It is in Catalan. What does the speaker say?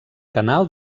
canal